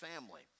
family